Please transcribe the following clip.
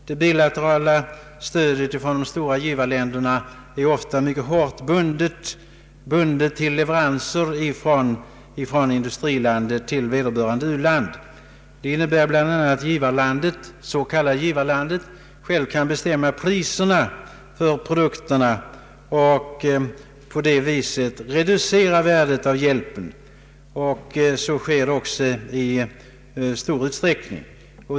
Det bilaterala stödet från de stora givarländerna är ofta mycket hårt bundet till leveranser från industrilandet till vederbörande u-land. Detta kan innebära att det s.k. givarlandet självt kan bestämma priserna för produkterna och på det sättet reducera värdet av hjälpen. Så sker också i stor utsträckning.